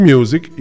Music